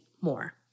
more